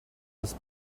his